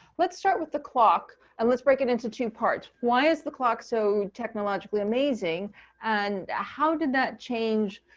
let's start with the clock and let's break it into two parts. why is the clock so technologically amazing and how did that change,